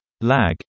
lag